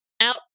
out